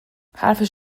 حرفش